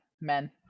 men